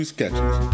Sketches